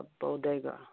bodega